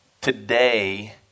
today